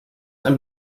ein